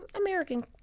American –